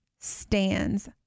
stands